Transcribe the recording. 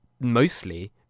mostly